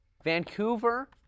Vancouver